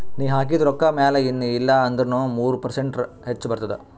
ನೀ ಹಾಕಿದು ರೊಕ್ಕಾ ಮ್ಯಾಲ ಎನ್ ಇಲ್ಲಾ ಅಂದುರ್ನು ಮೂರು ಪರ್ಸೆಂಟ್ರೆ ಹೆಚ್ ಬರ್ತುದ